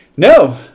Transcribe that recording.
No